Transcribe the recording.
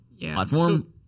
platform